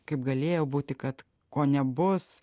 kaip galėjo būti kad ko nebus